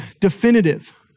definitive